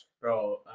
Bro